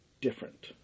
different